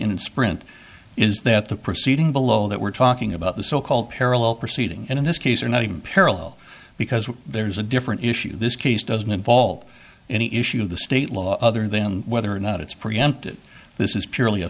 in sprint is that the proceeding below that we're talking about the so called parallel proceeding in this case are not even parallel because there's a different issue this case doesn't involve any issue of the state law other than whether or not it's preempted this is purely a